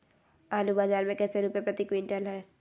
आलू बाजार मे कैसे रुपए प्रति क्विंटल है?